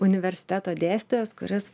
universiteto dėstytojas kuris